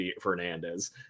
Fernandez